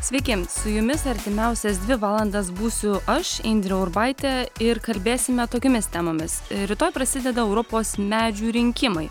sveiki su jumis artimiausias dvi valandas būsiu aš indrė urbaitė ir kalbėsime tokiomis temomis rytoj prasideda europos medžių rinkimai